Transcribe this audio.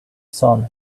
sun